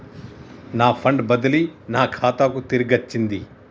నా ఫండ్ బదిలీ నా ఖాతాకు తిరిగచ్చింది